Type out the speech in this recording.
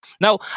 Now